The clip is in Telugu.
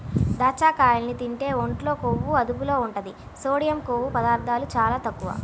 దాచ్చకాయల్ని తింటే ఒంట్లో కొవ్వు అదుపులో ఉంటది, సోడియం, కొవ్వు పదార్ధాలు చాలా తక్కువ